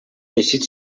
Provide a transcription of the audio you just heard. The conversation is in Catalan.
teixit